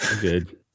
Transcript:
good